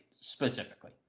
specifically